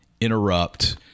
interrupt